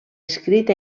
escrit